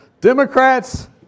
Democrats